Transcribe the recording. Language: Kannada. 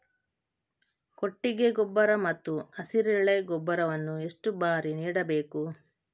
ಕೊಟ್ಟಿಗೆ ಗೊಬ್ಬರ ಮತ್ತು ಹಸಿರೆಲೆ ಗೊಬ್ಬರವನ್ನು ಎಷ್ಟು ಬಾರಿ ನೀಡಬೇಕು?